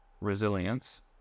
resilience